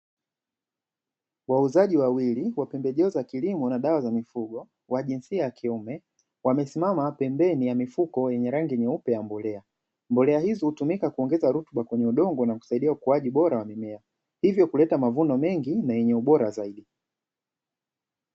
Wauzaji wawili wa pembejeo za kilimo na dawa za mifugo wa jinsia ya kiume wamesimama pembeni ya mifuko yenye rangi nyeupe ya mbolea. Mbolea hizi hutumika kuongeza rutuba kwenye udongo na kusaidia ukuaji bora wa mimea hivyo kuleta mavuno mengi na yenye ubora zaidi.